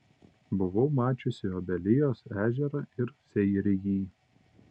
buvau mačiusi obelijos ežerą ir seirijį